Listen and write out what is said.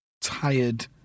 tired